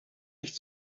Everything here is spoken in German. nicht